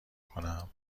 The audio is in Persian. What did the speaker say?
کنم